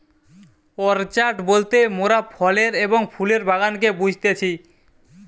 orchard বলতে মোরাফলের এবং ফুলের বাগানকে বুঝতেছি